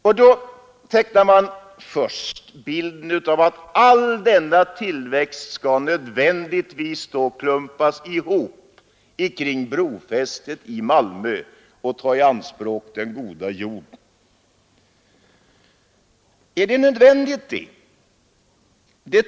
Så tecknar man då bilden av huru denna tillväxt nödvändigtvis skall klumpas ihop kring brofästet i Malmö och ta den goda jorden i anspråk. Är det nödvändigt?